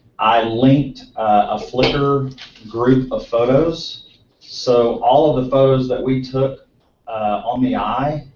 i linked a flickr group of photos so all of the photos that we took on the eye,